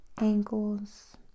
ankles